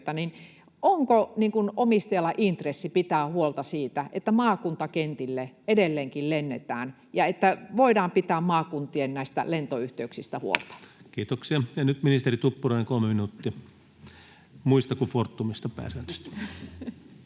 omistajalla intressi pitää huolta siitä, että maakuntakentille edelleenkin lennetään ja että voidaan pitää maakuntien lentoyhteyksistä huolta? Kiitoksia. — Nyt ministeri Tuppurainen, kolme minuuttia — muista kuin Fortumista pääsääntöisesti.